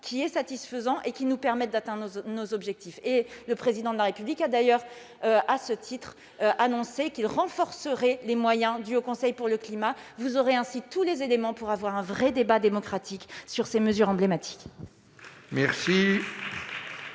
un ensemble satisfaisant qui nous permette d'atteindre nos objectifs. Le Président de la République a d'ailleurs annoncé qu'il renforcerait les moyens du Haut Conseil pour le climat. Vous disposerez ainsi de tous les éléments pour qu'un vrai débat démocratique sur ces mesures emblématiques